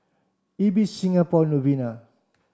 Ibis Singapore Novena